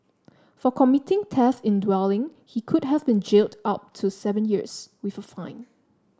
for committing theft in dwelling he could have been jailed up to seven years with a fine